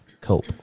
cope